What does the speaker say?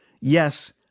Yes